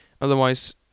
otherwise